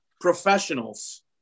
professionals